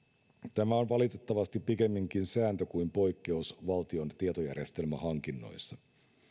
tämä on valitettavasti pikemminkin sääntö kuin poikkeus valtion tietojärjestelmähankinnoissa